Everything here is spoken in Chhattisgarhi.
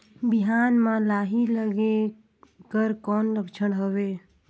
बिहान म लाही लगेक कर कौन लक्षण हवे?